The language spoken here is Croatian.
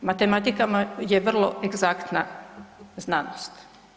Matematika je vrlo egzaktna znanost.